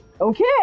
okay